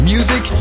Music